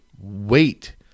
Wait